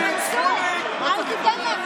מנסור, אל תיתן להם.